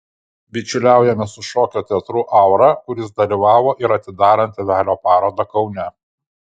bičiuliaujamės su šokio teatru aura kuris dalyvavo ir atidarant tėvelio parodą kaune